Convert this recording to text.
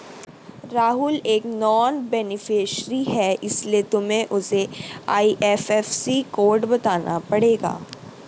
राहुल एक non beneficiary है इसीलिए तुम्हें उसे आई.एफ.एस.सी कोड बताना पड़ेगा